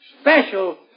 special